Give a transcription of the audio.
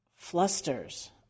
flusters